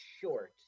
short